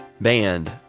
band